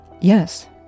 Yes